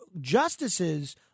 justices